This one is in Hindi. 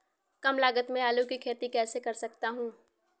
कम लागत में आलू की खेती कैसे कर सकता हूँ?